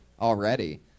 already